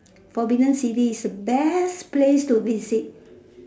forbidden city is the best place to visit